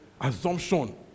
Assumption